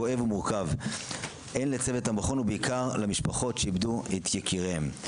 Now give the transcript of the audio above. כואב ומורכב הן לצוות המכון ובעיקר למשפחות שאיבדו את יקיריהם.